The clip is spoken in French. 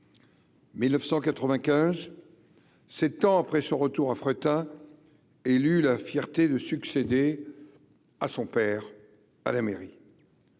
1995 7 ans après son retour à fretin élu la fierté de succéder à son père à la mairie,